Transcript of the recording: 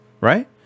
right